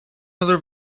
other